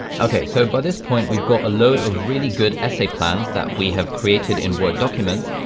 okay, so by this point, we've got a load of really good essay plans that we have created in word documents.